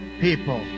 people